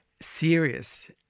serious